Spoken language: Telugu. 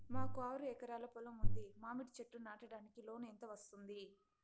మాకు ఆరు ఎకరాలు పొలం ఉంది, మామిడి చెట్లు నాటడానికి లోను ఎంత వస్తుంది?